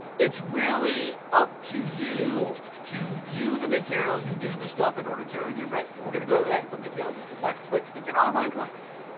it's really up to you to view the materials and do the stuff in order to earn your grade. we're gonna go over that in some detail in just a second but it's an online class.